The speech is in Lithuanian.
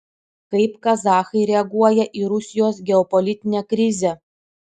kaip kazachai reaguoja į rusijos geopolitinę krizę